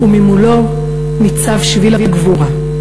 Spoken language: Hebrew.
וממולו ניצב שביל הגבורה,